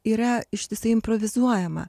yra ištisai improvizuojama